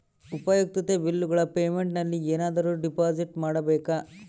ಉಪಯುಕ್ತತೆ ಬಿಲ್ಲುಗಳ ಪೇಮೆಂಟ್ ನಲ್ಲಿ ಏನಾದರೂ ಡಿಪಾಸಿಟ್ ಮಾಡಬೇಕಾ?